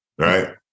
Right